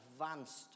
advanced